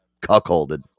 cuckolded